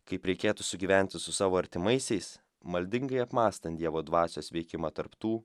kaip reikėtų sugyventi su savo artimaisiais maldingai apmąstant dievo dvasios veikimą tarp tų